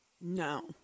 No